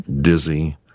dizzy